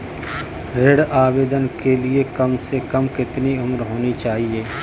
ऋण आवेदन के लिए कम से कम कितनी उम्र होनी चाहिए?